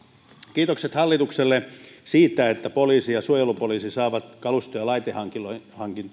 kiitokset hallitukselle siitä että poliisi ja suojelupoliisi saavat kalusto ja laitehankintoihin